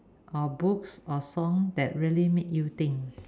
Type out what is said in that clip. or books or song that really made you think